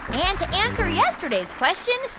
and to answer yesterday's question,